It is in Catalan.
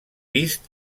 vist